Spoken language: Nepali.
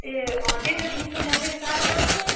ए अँ त्यही त चिसोमा फेरि साह्रो पर्छ